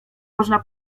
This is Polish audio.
można